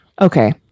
Okay